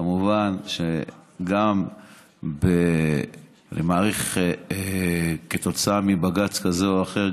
וכמובן גם אני מעריך שבגלל בג"ץ כזה או אחר,